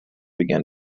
began